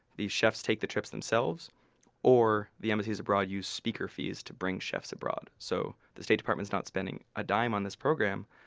the chefs take the trips themselves or the embassies abroad use speaker fees to bring chefs abroad, so the state department isn't spending a dime on this program.